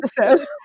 episode